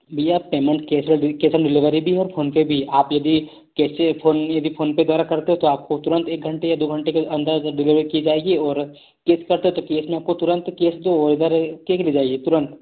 भैया पेमेंट कैसे भी केस ओन डिलेवरी भी है और फ़ोन पर भी है आप यदि जैसे फोन यदि फोन पे द्वारा करते हैं तो आपको तुरंत एक घंटे या दो घंटे के अंदर अंदर डिलीवरी की जाएगी और केक का तो केक में आपको तुरंत केक जो ऑर्डर केक ले जाइए तुरंत